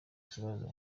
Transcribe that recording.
kibazo